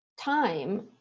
time